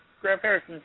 Grandparents